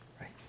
right